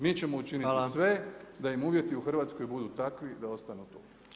Mi ćemo učiniti sve da im uvjeti u Hrvatskoj budu takvi da ostanu tu.